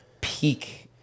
peak